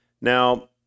Now